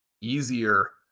easier